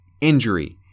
injury